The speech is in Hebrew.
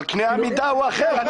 אבל קנה המידה הוא אחר.